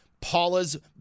Paula's